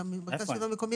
שלטון מקומי,